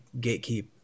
gatekeep